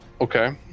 Okay